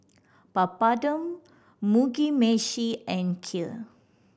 Papadum Mugi Meshi and Kheer